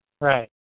Right